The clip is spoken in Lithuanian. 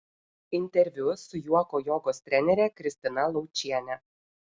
interviu su juoko jogos trenere kristina laučiene